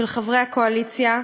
של חברי הקואליציה,